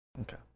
Okay